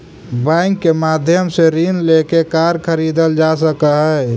bank के माध्यम से ऋण लेके कार खरीदल जा सकऽ हइ